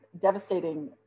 devastating